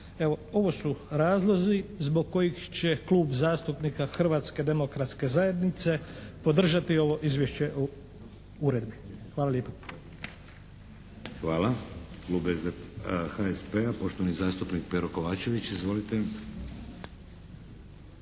Evo, ovo su razlozi zbog kojih će Klub zastupnika Hrvatske demokratske zajednice podržati ovo Izvješće urednim. Hvala lijepa. **Šeks, Vladimir (HDZ)** Hvala. Klub HSP-a, poštovani zastupnik Pero Kovačević. Izvolite.